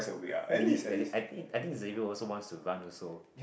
I think he I think I think Xavier also wants to run also